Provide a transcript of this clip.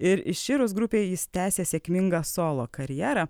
ir iširus grupei jis tęsė sėkmingą solo karjerą